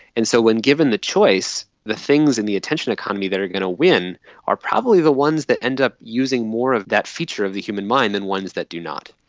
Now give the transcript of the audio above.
and so when given the choice, the things in the attention economy that are going to win are probably the ones that end up using more of that feature of the human mind than ones that do not.